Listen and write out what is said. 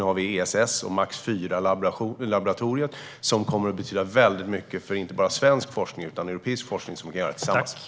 Nu har vi ESS och MAX IV-laboratoriet, som kommer att betyda väldigt mycket för inte bara svensk forskning utan också europeisk forskning, som vi kan göra tillsammans.